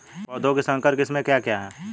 पौधों की संकर किस्में क्या क्या हैं?